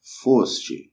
foste